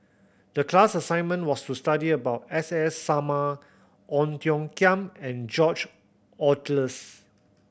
the class assignment was to study about S S Sarma Ong Tiong Khiam and George Oehlers